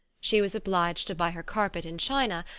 she was obliged to buy her carpet in china,